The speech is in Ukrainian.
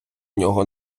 нього